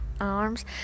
arms